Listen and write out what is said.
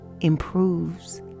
improves